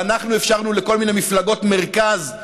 ואנחנו אפשרנו לכל מיני מפלגות מרכז,